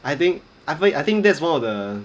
I think I think that's one of the